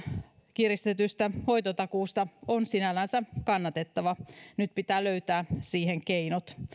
kiristetystä hoitotakuusta on sinällänsä kannatettava nyt pitää löytää siihen keinot